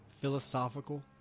philosophical